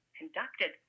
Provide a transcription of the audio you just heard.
conducted